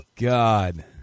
God